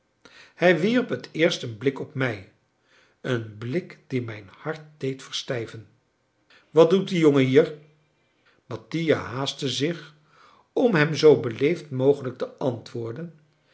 hij wierp het eerst een blik op mij een blik die mijn hart deed verstijven wat doet die jongen hier mattia haastte zich om hem zoo beleefd mogelijk te antwoorden